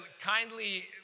kindly